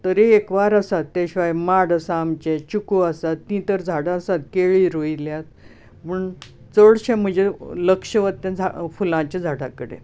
तरेकवार आसा ते शिवाय माड आसा आमचे चिकू आसात ती तर झाडां आसात केळी रोंयल्यात म्हण चडशें म्हजें लक्ष वता फुलांच्या झाडां कडेन